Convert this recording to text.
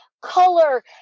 color